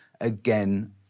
again